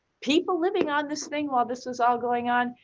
people living on this thing while this was all going on.